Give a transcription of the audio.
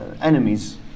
enemies